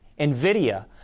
NVIDIA